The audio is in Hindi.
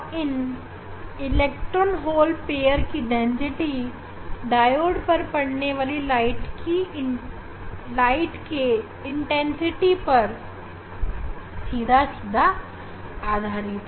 और इन जोड़ों की आबादी डायोड पर पड़ने वाली प्रकाश के तीव्रता पर सीधी सीधी आधारित होगी